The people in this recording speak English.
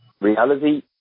Reality